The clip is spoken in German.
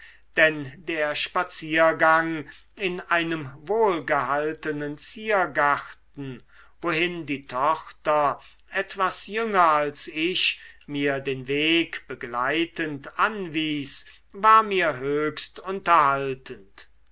denn der spaziergang in einem wohlgehaltenen ziergarten wohin die tochter etwas jünger als ich mir den weg begleitend anwies war mir höchst unterhaltend